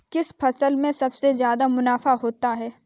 किस फसल में सबसे जादा मुनाफा होता है?